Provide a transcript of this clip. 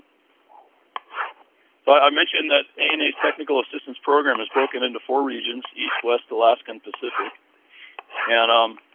ah i mentioned that ana's technical assistance program is broken into four regions, east, west, alaska, and pacific. and um